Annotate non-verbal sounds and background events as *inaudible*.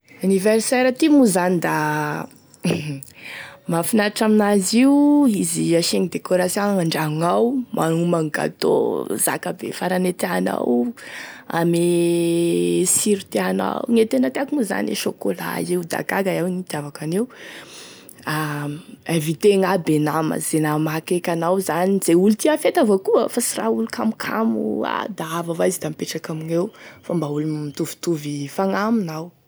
Anniversaire ty moa zany da *laughs* mahafinaritra amin'azy io izy asiagny décoration gn'andragno gnao, magnomagny gâtreau zakabe farany e tianao ame siro tianao, gne tena tiako moa zany e chocolat io da gaga iaho ino itiavako an'io, *hesitation* invitegny aby e nama, ze nama akaiky anao zany, ze olo tia fety avao koa fa sy raha olo kamokamo a da avy avao izy a mipetraky amigneo fa mba olo mitovitovy fagnahy aminao.